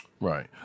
right